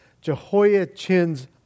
Jehoiachin's